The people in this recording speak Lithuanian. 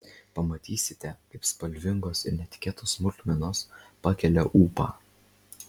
pamatysite kaip spalvingos ir netikėtos smulkmenos pakelia ūpą